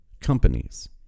companies